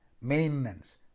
maintenance